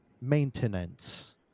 maintenance